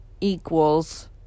equals